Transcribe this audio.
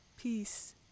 Peace